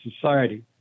society